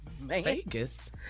Vegas